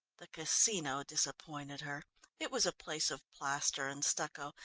the casino disappointed her it was a place of plaster and stucco,